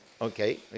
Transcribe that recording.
Okay